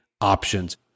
options